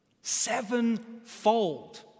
Sevenfold